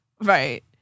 Right